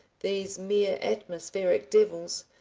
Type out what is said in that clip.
these mere atmospheric devils.